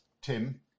Tim